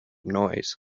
noise